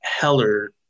Heller